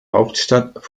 hauptstadt